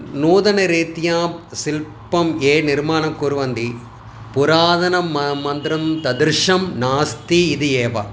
नूतनरीत्यां शिल्पं ये निर्माणं कुर्वन्ति पुरातनमन्दिरं म तद्दृश्यं नास्ति इति एव